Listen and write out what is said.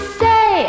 say